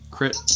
Crit